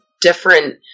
different